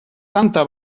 tanta